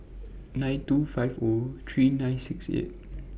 nine two five O three nine six eight